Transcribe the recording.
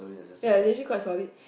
ye legit quite solid